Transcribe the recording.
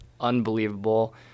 unbelievable